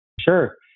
Sure